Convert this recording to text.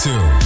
Two